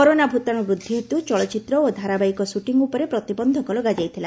corona ଭୂତାଣୁ ବୃଦ୍ଧି ହେତୁ ଚଳଚିତ୍ର ଓ ଧାରାବାହିକ ସୁଟିଂ ଉପରେ ପ୍ରତିବନ୍ଧକ ଲଗାଯାଇଥିଲା